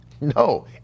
No